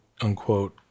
unquote